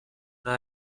una